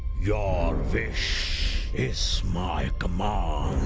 your wish is my command,